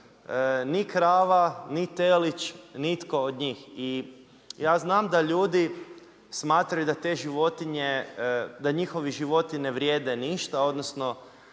ni krava, ni telić, nitko od njih. I ja znam da ljudi, smatraju da te životinje, da njihovi životi ne vrijede ništa, odnosno,